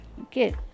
Okay